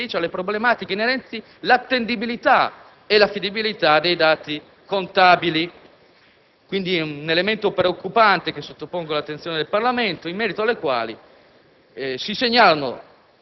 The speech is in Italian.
nonché dedicato un'apposita appendice alle problematiche inerenti l'attendibilità e l'affidabilità dei dati contabili (un elemento, quindi, preoccupante che sottopongo all'attenzione del Parlamento), in merito alle quali